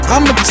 I'ma